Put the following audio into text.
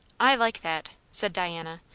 i like that, said diana.